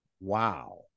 Wow